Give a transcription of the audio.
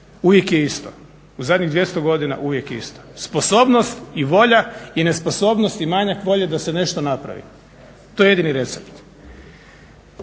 uvijek je isto, u zadnjih 200 godina uvijek je isto. Sposobnost i volja i nesposobnost i manjak volje da se nešto napravi, to je jedini recept.